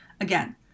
Again